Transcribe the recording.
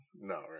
no